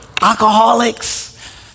Alcoholics